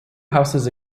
houses